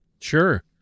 Sure